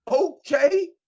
Okay